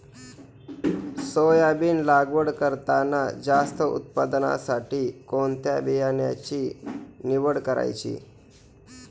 Soybean लागवड करताना जास्त उत्पादनासाठी कोणत्या बियाण्याची निवड करायची?